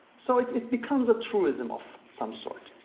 so it becomes a truism of some sort.